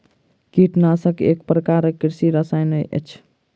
कीटनाशक एक प्रकारक कृषि रसायन अछि